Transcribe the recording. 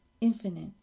infinite